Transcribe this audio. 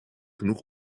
genoeg